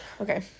okay